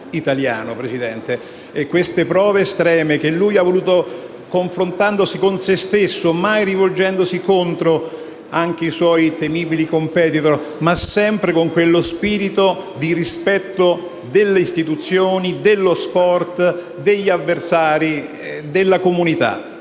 italiano. Queste prove estreme le ha volute confrontandosi con se stesso e mai rivolgendosi contro i suoi temibili *competitor*, ma sempre con quello spirito di rispetto delle istituzioni, dello sport, degli avversari e della comunità.